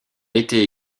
été